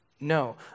No